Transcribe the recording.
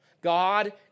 God